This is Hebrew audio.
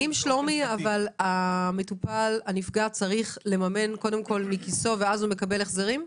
האם הנפגע צריך לממן מכיסו ואז לקבל החזרים?